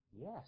Yes